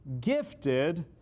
gifted